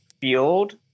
field